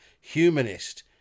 humanist